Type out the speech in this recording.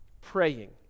praying